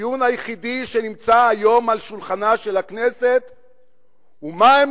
הדיון היחידי שנמצא היום על שולחנה של הכנסת הוא מהם